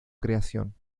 creación